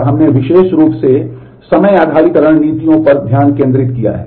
और हमने विशेष रूप से समय आधारित रणनीतियों पर ध्यान केंद्रित किया है